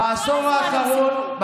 כל הזמן הם סיפקו.